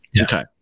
Okay